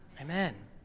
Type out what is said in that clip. Amen